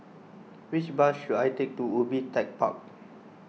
which bus should I take to Ubi Tech Park